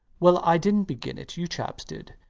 well, i didn't begin it you chaps did.